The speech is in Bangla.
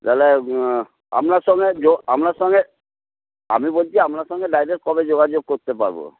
তাহলে আপনার সঙ্গে আপনার সঙ্গে আমি বলছি আপনার সঙ্গে ডায়রেক্ট কবে যোগাযোগ করতে পারবো